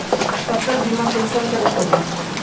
फसल बीमा कुंसम करे करूम?